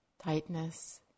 tightness